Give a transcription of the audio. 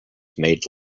made